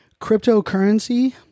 cryptocurrency